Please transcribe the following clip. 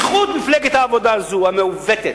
מפלגת העבודה הזאת, המעוותת.